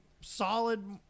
solid